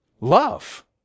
love